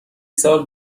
سال